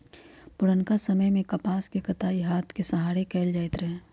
पुरनका समय में कपास के कताई हात के सहारे कएल जाइत रहै